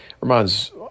Reminds